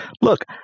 look